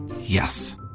Yes